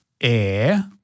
Air